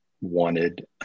wanted